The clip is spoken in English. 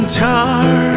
tar